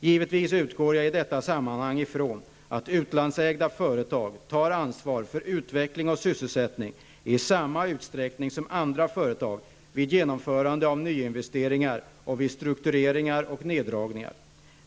Givetvis utgår jag i detta sammanhang ifrån att utlandsägda företag tar ansvar för utveckling och sysselsättning i samma utsträckning som andra företag vid genomförande av nyinvesteringar och vid struktureringar och neddragningar.